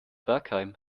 bergheim